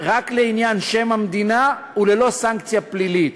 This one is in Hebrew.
רק לעניין שם המדינה וללא סנקציה פלילית.